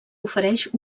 ofereix